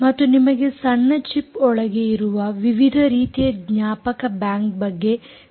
ಮತ್ತು ನಿಮಗೆ ಸಣ್ಣ ಚಿಪ್ ಒಳಗೆ ಇರುವ ವಿವಿಧ ರೀತಿಯ ಜ್ಞಾಪಕ ಬ್ಯಾಂಕ್ ಬಗ್ಗೆ ತಿಳಿದಿರಬೇಕು